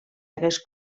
hagués